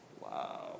wow